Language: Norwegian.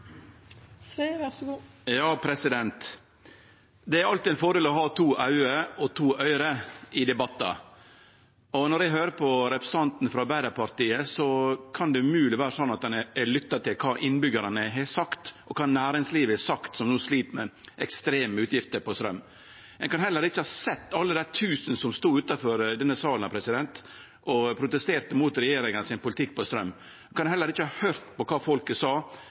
Det er alltid ein fordel å ha to auge og to øyre i debattar. Når eg høyrer på representanten frå Arbeidarpartiet, kan det umogleg vere sånn at ein har lytta til kva innbyggjarane har sagt, og kva næringslivet har sagt, som no slit med ekstreme utgifter til straum. Ein kan heller ikkje ha sett alle dei tusen som stod utanfor denne salen og protesterte mot regjeringa sin politikk når det gjeld straum. Ein kan heller ikkje ha høyrt på kva folket sa